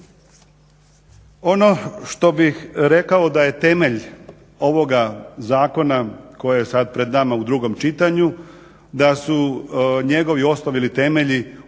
Ono što bih rekao da je temelj ovoga zakona koji je sad pred nama u drugom čitanju, da su njegovi osnovi ili temelji